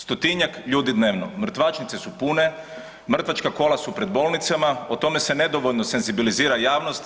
Stotinjak ljudi dnevno, mrtvačnice su pune, mrtvačka kola su pred bolnicama o tome se nedovoljno senzibilizira javnost.